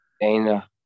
Dana